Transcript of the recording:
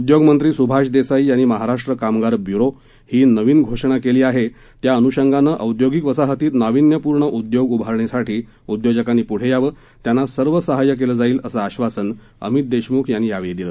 उद्योग मंत्री सुभाष देसाई यांनी महाराष्ट्र कामगार ब्युरो ही नवीन घोषणा केली आहे त्या अनुषंगानं औद्योगीक वसाहतीत नावीन्यपुर्ण उद्योग उभारणीसाठी उद्योजकांनी पुढे यावं त्यांना सर्व सहाय्य केलं जाईल असं आश्वासन अमीत देशमुख यांनी यावेळी दिलं